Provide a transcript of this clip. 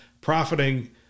profiting